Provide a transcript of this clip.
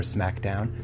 Smackdown